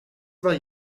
war